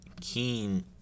Keen